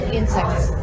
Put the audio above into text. insects